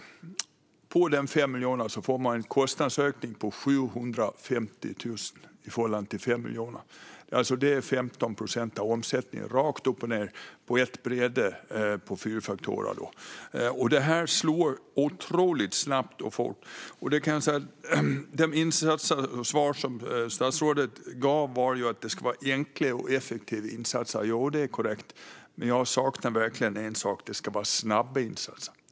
I förhållande till de 5 miljonerna får de en kostnadsökning på 750 000. Det är alltså 15 procent av omsättningen, rakt upp och ned, på ett bräde, när det gäller de fyra faktorerna. Detta slår otroligt fort. Det svar som statsrådet gav var att det ska vara enkla och effektiva insatser. Jo, det är korrekt. Men jag saknar verkligen en sak: Det ska vara snabba insatser.